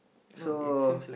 so